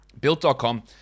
built.com